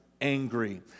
angry